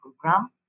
Program